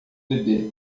bebê